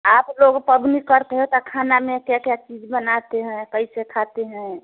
आप लोग पवनी करते हैं ताे खाना में क्या क्या चीज़ बनाते हैं कैसे खाते हैं